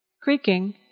Creaking